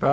Kl.